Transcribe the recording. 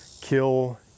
kill